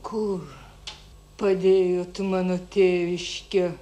kur padėjot mano tėviškę